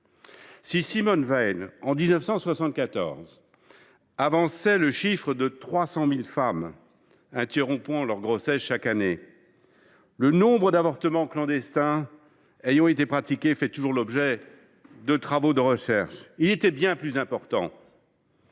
Si Simone Veil, en 1974, avançait que 300 000 femmes interrompaient leur grossesse chaque année, le nombre d’avortements clandestins ayant été pratiqués fait toujours l’objet de travaux de recherche, car il apparaît